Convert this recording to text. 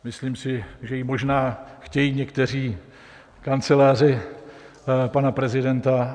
Myslím si, že ji možná chtějí někteří v kanceláři pana prezidenta.